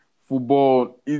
football